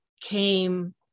came